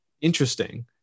interesting